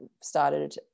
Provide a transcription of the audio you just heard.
started